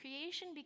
creation